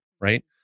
right